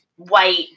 white